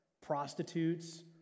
prostitutes